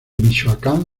michoacán